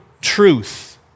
truth